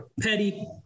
Petty